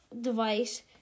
device